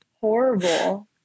horrible